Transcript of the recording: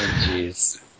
Jeez